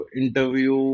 interview